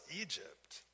Egypt